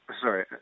Sorry